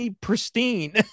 pristine